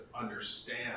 understand